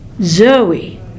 Zoe